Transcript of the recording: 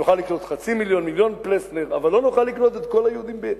נוכל לקלוט חצי מיליון או מיליון,